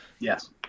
Yes